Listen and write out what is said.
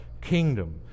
kingdom